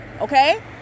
okay